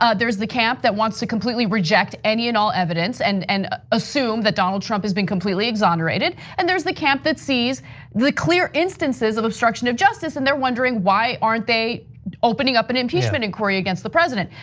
ah there's the camp that wants to completely reject any and all evidence, and and assume that donald trump is being completely exonerated. and there's the camp that sees the clear instances of obstruction of justice, and they're wondering why aren't they opening up an impeachment inquiry against the president?